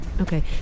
Okay